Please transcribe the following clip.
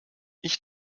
ich